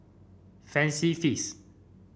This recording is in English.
Fancy Feast